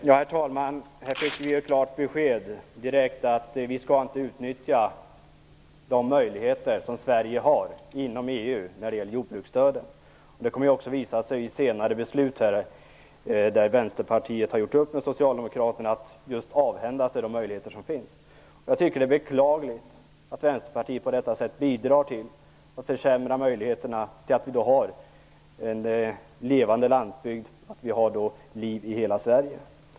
Herr talman! Här fick vi ett klart besked. Vi skall inte utnyttja de möjligheter Sverige har inom EU i fråga om jordbruksstödet. Det kommer också att visa sig vid ett senare beslut. Vänsterpartiet har gjort upp med Socialdemokraterna om att avhända sig de möjligheter som finns. Jag tycker att det är beklagligt att Vänsterpartiet på detta sätt bidrar till att försämra möjligheterna till att ha en levande landsbygd med liv i hela Sverige.